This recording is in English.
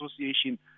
Association